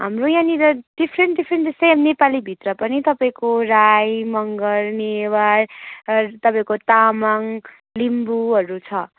हाम्रो यहाँनिर different different जस्तै नेपालीभित्र पनि तपाईँको राई मँगर नेवार तपाईँको तामाङ लिम्बूहरू छ